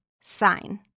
sign